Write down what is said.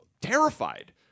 terrified